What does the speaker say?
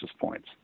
points